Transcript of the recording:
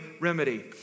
remedy